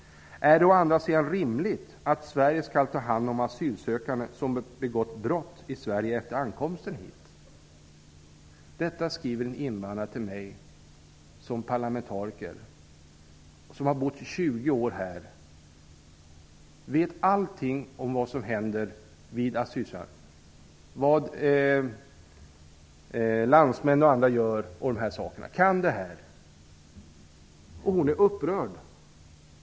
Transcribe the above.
Är det å andra sidan rimligt att Sverige skall ta hand om asylsökande som begått brott i Sverige efter ankomsten hit?'' Detta skriver en invandrare till mig som parlamentariker. Hon har bott här i 20 år och vet allt om detta. Hon vet vad landsmän och andra gör. Hon kan detta. Hon är upprörd.